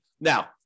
Now